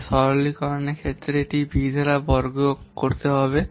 তাই সরলকরণের ক্ষেত্রে এটি ভি দ্বারা বর্গ করতে হবে